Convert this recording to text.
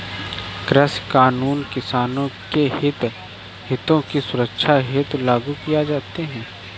कृषि कानून किसानों के हितों की सुरक्षा हेतु लागू किए जाते हैं